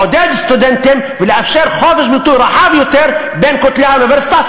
לעודד סטודנטים ולאפשר חופש ביטוי רחב יותר בין כותלי האוניברסיטה,